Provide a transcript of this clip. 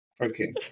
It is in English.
Okay